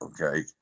okay